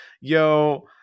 yo